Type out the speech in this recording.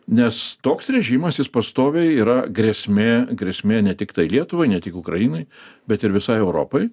nes toks režimas jis pastoviai yra grėsmė grėsmė ne tiktai lietuvai ne tik ukrainai bet ir visai europai